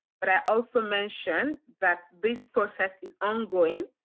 but i also mentioned that this process is ongoing.